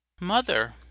Mother